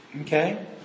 Okay